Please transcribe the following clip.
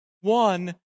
one